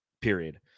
Period